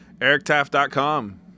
EricTaff.com